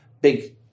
big